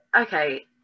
okay